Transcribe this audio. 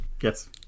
Yes